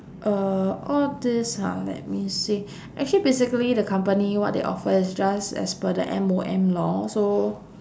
uh all this ha let me see actually basically the company what they offer is just as per the M_O_M law so